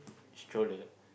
stroller